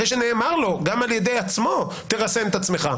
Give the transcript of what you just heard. אחרי שנאמר לו גם על ידי עצמו שירסן את עצמו,